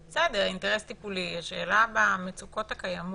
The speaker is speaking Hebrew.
בסדר, אבל במצוקות הקיימות,